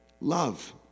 love